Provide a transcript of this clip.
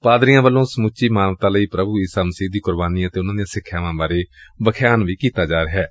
ਪਾਦਰੀਆਂ ਵੱਲੋਂ ਸਮੁੱਚੀ ਮਾਨਵਤਾ ਲਈ ਪ੍ਰਭੁ ਈਸਾ ਮਸੀਹ ਦੀ ਕੁਰਬਾਨੀ ਅਤੇ ਉਨੂਾ ਦੀਆਂ ਸਿਖਿਆਵਾਂ ਬਾਰੇ ਵਖਿਆਨ ਕੀਤਾ ਜਾ ਰਿਹੈ